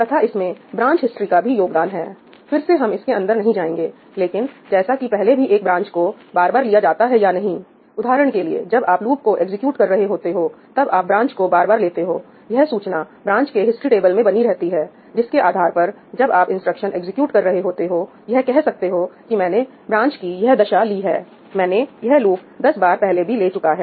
तथा इसमें branch history का भी योगदान है फिर से हम इसके अंदर नहीं जाएंगे लेकिन जैसा कि पहले भी एक ब्रांच को बार बार लिया जाता है या नहीं उदाहरण के लिए जब आप लूप को एग्जीक्यूट कर रहे होते हो तब आप ब्रांच को बार बार लेते हो यह सूचना ब्रांच के हिस्ट्री टेबल में बनी रहती है जिसके आधार पर जब आप इंस्ट्रक्शन एग्जीक्यूट कर रहे होते हो यह कह सकते हो कि मैंने ब्रांच की यह दशा ली है मैंने यह लूप 10 बार पहले भी ले चुका है